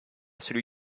celui